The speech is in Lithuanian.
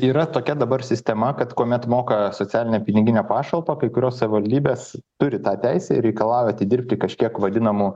yra tokia dabar sistema kad kuomet moka socialinę piniginę pašalpą kai kurios savivaldybės turi tą teisę ir reikalauja atidirbti kažkiek vadinamų